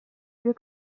wir